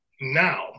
now